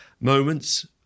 moments